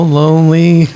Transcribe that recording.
lonely